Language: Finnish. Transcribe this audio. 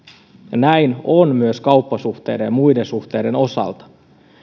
näin on myös kauppasuhteiden ja muiden suhteiden osalta